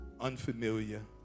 unfamiliar